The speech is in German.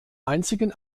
einzigen